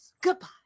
Goodbye